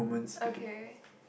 okay